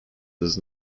does